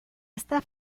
esta